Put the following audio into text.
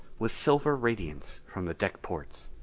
with silver radiance from the deck ports.